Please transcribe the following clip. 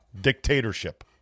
Dictatorship